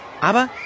Aber